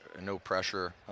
no-pressure